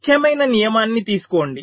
ముఖ్యమైన నియమాన్ని తీసుకోండి